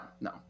no